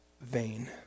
vain